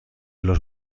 los